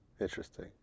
Interesting